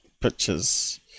pictures